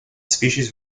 species